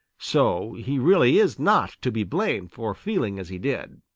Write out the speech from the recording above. so he really is not to be blamed for feeling as he did.